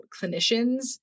clinicians